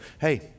hey